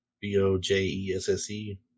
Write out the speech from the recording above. B-O-J-E-S-S-E